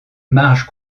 marge